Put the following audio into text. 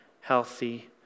healthy